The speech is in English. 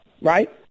right